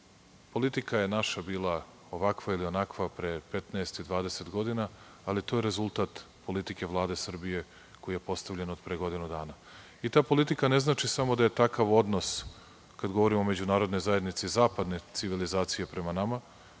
je naša bila ovakva ili onakva pre 15 i 20 godina, ali to je rezultat politike Vlade Srbije koji je postavljena pre godinu dana. Ta politika ne znači samo da je takav odnos, kada govorimo o međunarodnoj zajednici zapadne civilizacije prema nama,